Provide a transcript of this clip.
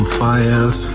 fires